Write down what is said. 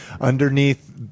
Underneath